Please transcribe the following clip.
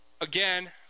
again